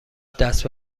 دست